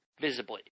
visibly